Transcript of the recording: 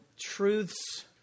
truths